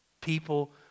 people